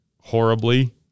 horribly